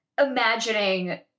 imagining